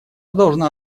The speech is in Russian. должна